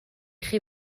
chi